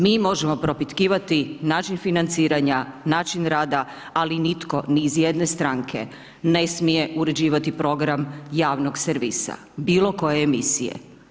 Mi možemo propitkivati način financiranja, način rada ali nitko ni iz jedne stranke ne smije uređivati program javnog servisa, bilo koje emisije.